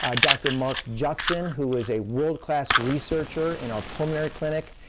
ah dr. marc judson, who is a world class researcher in our pulmonary clinic,